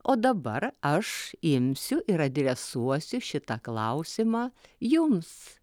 o dabar aš imsiu ir adresuosiu šitą klausimą jums